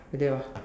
okay lah